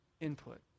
input